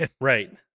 Right